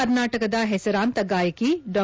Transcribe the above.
ಕರ್ನಾಟಕದ ಹೆಸರಾಂತ ಗಾಯಕಿ ಡಾ